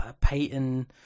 Peyton